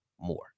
more